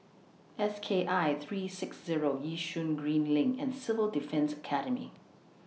S K I three six Zero Yishun Green LINK and Civil Defence Academy